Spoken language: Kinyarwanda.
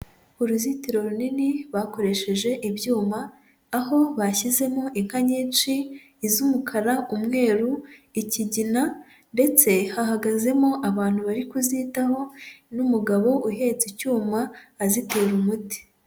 Uruzitiro runini bakoresheje ibyuma, aho bashyizemo inka nyinshi iz'umukara, umweru, ikigina ndetse hahagazemo abantu bari kuzitaho n'umugabo uhetse icyuma azitera umuti.